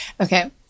Okay